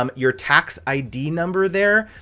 um your tax id number there.